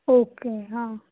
okay हां